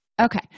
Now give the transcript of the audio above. okay